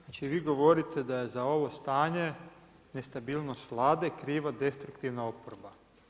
Znači vi govorite da je za ovo stanje nestabilnost Vlade kriva destruktivna oporba.